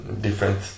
different